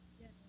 Yes